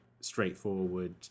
straightforward